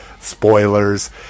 spoilers